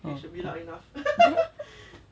oh good